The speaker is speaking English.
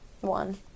One